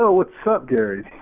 what's up, gary?